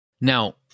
Now